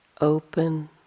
open